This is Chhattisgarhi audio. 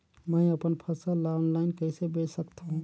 मैं अपन फसल ल ऑनलाइन कइसे बेच सकथव?